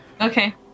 Okay